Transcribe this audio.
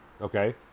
Okay